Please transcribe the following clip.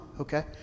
Okay